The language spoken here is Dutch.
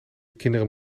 kinderen